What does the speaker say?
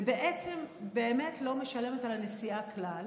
ובעצם באמת לא משלמת על הנסיעה כלל